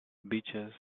beaches